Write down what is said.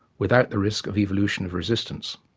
without the risk of evolution of resistance.